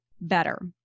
better